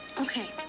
Okay